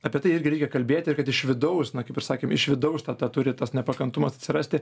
apie tai irgi reikia kalbėti ir kad iš vidaus na kaip sakėm iš vidaus turi tas nepakantumas atsirasti